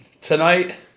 tonight